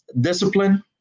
discipline